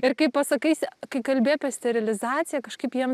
ir kaip pasakai si kai kalbi apie sterilizaciją kažkaip jiem